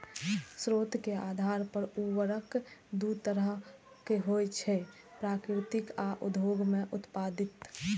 स्रोत के आधार पर उर्वरक दू तरहक होइ छै, प्राकृतिक आ उद्योग मे उत्पादित